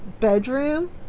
bedroom